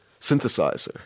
synthesizer